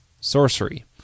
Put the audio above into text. Sorcery